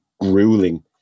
grueling